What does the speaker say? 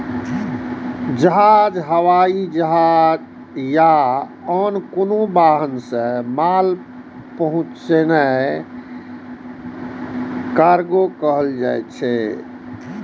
जहाज, हवाई जहाज या आन कोनो वाहन सं माल पहुंचेनाय कार्गो कहल जाइ छै